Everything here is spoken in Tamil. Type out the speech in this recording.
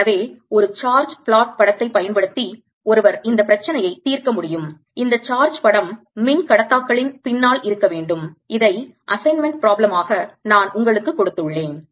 எனவே ஒரு சார்ஜ் plot படத்தை பயன்படுத்தி ஒருவர் இந்த பிரச்சனையை தீர்க்கமுடியும் இந்த சார்ஜ் படம் மின் கடத்தாக்களின் பின்னால் இருக்க வேண்டும் இதை assignment problem ஆக நான் உங்களுக்கு கொடுத்துள்ளேன்